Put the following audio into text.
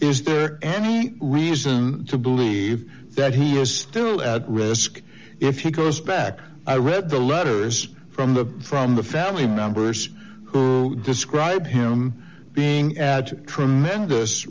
is there any reason to believe that he is still at risk if he goes back i read the letters from the from the family members describe him being at tremendous